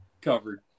covered